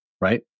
Right